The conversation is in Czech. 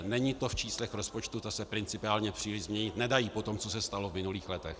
Není to v číslech rozpočtu, ta se principiálně příliš změnit nedají po tom, co se stalo v minulých letech.